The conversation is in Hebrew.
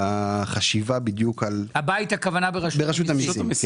בחשיבה בדיוק על -- הבית, הכוונה ברשות המיסים?